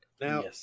Now